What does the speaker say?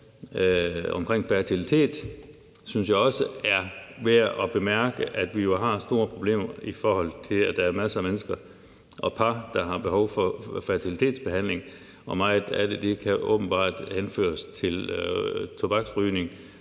omkring fertilitet, synes jeg også, det er værd at bemærke, at vi jo har store problemer, i forhold til at der er masser af mennesker, der har behov for fertilitetsbehandling, og at meget af det åbenbart kan henføres til tobaksrygning.